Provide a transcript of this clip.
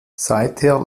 seither